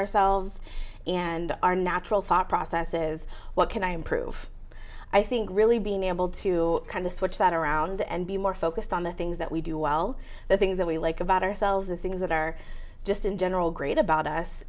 ourselves and our natural thought process is what can i improve i think really being able to kind of switch that around and be more focused on the things that we do well the things that we like about ourselves and things that are just in general great about us